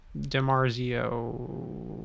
DeMarzio